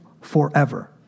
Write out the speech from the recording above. forever